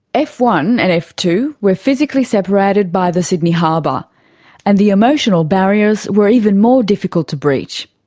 f one and f two were physically separated by the sydney harbour and the emotional barriers were even more difficult to breach.